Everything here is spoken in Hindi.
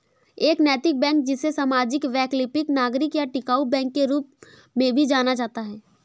एक नैतिक बैंक जिसे सामाजिक वैकल्पिक नागरिक या टिकाऊ बैंक के रूप में भी जाना जाता है